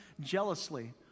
jealously